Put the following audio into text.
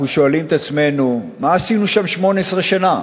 אנחנו שואלים את עצמנו: מה עשינו שם 18 שנה?